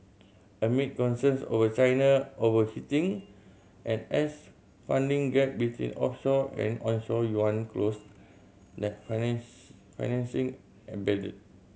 amid concerns over China overheating and as funding gap between offshore and onshore yuan closed that finance financing ebbed